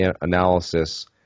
analysis